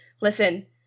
Listen